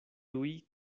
tuj